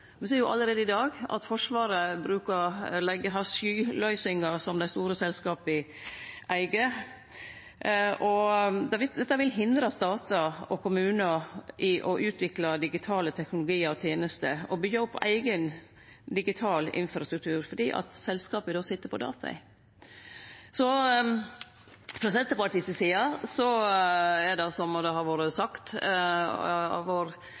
selskapa eig. Dette vil hindre statar og kommunar i å utvikle digitale teknologiar og tenester og byggje opp eigen digital infrastruktur, fordi selskapa då sit på dataa. Frå Senterpartiet si side er det klart, som det vart sagt av vår